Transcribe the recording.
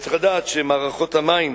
צריך לדעת שמערכות המים